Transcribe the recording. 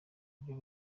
buryo